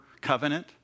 covenant